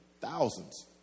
Thousands